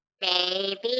Baby